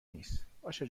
نیست، باشه